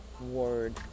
word